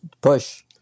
push